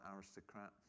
aristocrat